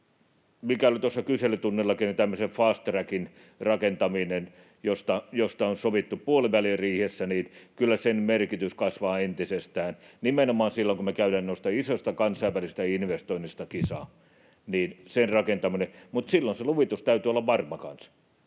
mikä oli tuossa kyselytunnillakin — tämmöisen fast trackin rakentaminen, josta on sovittu puoliväliriihessä — kasvaa entisestään nimenomaan silloin, kun me käydään noista isoista kansainvälisistä investoinneista kisaa. Mutta silloin sen luvituksen täytyy olla varma kanssa.